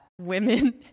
women